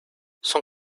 son